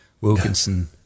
Wilkinson